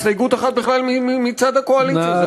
הסתייגות אחת היא בכלל מצד הקואליציה,